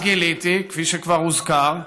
אז גיליתי, כפי שכבר הוזכר,